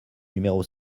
numéro